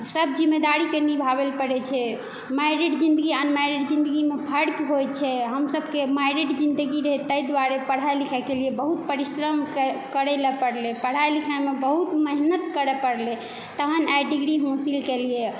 सभ जिम्मेवारीक निभाबय लए परै छै मैरिड जिंदगी अनमैरिड जिन्दगीमे फर्क होइ छै हमसभके मैरिड जिंदगी रहै ताहि दुआरे पढ़ाई लिखाईके लिए बहुत परिश्रम करय लऽ परलय पढ़ाई लिखाईमे बहुत मेहनत करय परलय तहन आय डिग्री हासिल केलियै